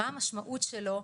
מה המשמעות שלו,